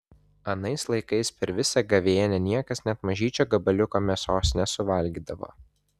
anais laikais per visą gavėnią niekas net mažyčio gabaliuko mėsos nesuvalgydavo